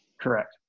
Correct